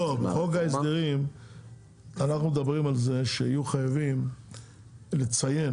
אנחנו רוצים להכניס לחוק ההסדרים את החובה לציין